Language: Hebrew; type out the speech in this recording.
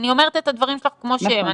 אני אומרת את הדברים שלך כמו שהם.